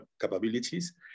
capabilities